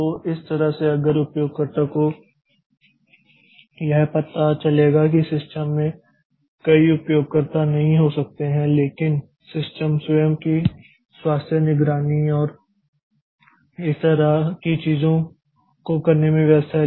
तो इस तरह से अगर उपयोगकर्ता को यह पता चलेगा कि सिस्टम में कई उपयोगकर्ता नहीं हो सकते हैं लेकिन सिस्टम स्वयं की स्वास्थ्य निगरानी और इस तरह की चीजों को करने में व्यस्त है